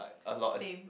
a lot